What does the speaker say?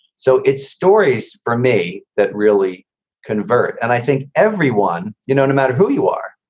so it's stories for me that really convert. and i think everyone, you know, no matter who you are,